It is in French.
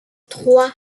trois